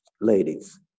ladies